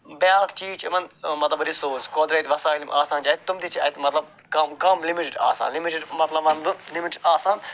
بیٛاکھ چیٖز چھُ یِمن مطلب رِسورُس قۄدرت وسایِل یِم آسان چھِ اَتہِ تِم تہِ چھِ اَتہِ مطلب کَم کَم لِمِٹڈ آسان لِمِٹڈ مطلب ونہٕ بہٕ لِمِٹ چھُ آسان